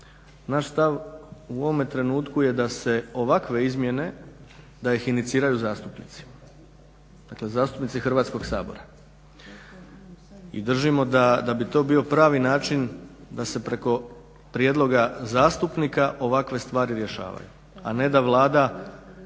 naš stav u ovome trenutku je da se ovakve izmjene da ih iniciraju zastupnici, dakle zastupnici Hrvatskog sabora. I držimo da bi to bio pravi način da se preko prijedloga zastupnika ovakve stvari rješavaju, a ne da Vlada